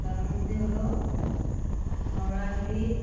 তার মধ্যে হলো হাওড়া ব্রিজ